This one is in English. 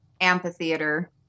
amphitheater